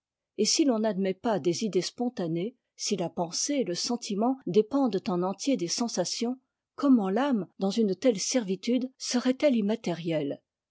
et si l'on n'admet pas des idées spontanées si la pensée et e sentiment dépendent en entier des sensations comment l'âme dans une telle servitude serait-elle immatérielle